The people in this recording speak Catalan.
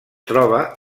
troba